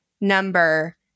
number